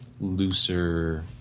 looser